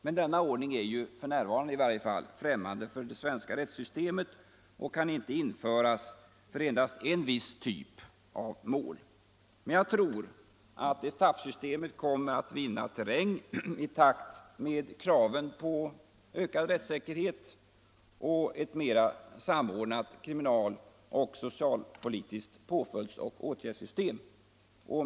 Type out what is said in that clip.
Men denna ordning är ju i varje fall f. n. främmande för det svenska rättssystemet och kan inte införas för endast en typ av mål. Jag tror dock att etappsystemet kommer att vinna terräng i takt med kraven på ökad rättssäkerhet och ett mera samordnat kriminaloch socialpolitiskt påföljdssystem.